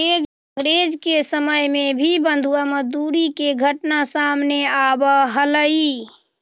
अंग्रेज के समय में भी बंधुआ मजदूरी के घटना सामने आवऽ हलइ